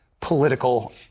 political